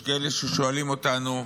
יש כאלה ששואלים אותנו: